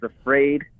afraid